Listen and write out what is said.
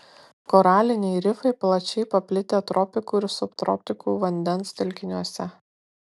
koraliniai rifai plačiai paplitę tropikų ir subtropikų vandens telkiniuose